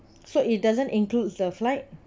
so it doesn't includes the flight